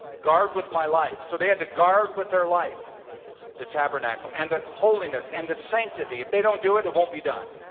guard with my life. so they had to guard with their life the tabernacle and the holiness and the sanctity. if they don't do it, it won't be done.